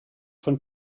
von